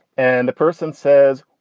and the person says,